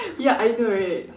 ya I know right